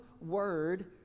word